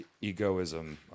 egoism